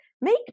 make